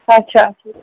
اَچھا اَچھا